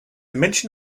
mention